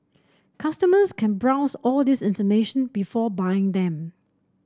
customers can browse all this information before buying them